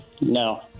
No